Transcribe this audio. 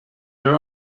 your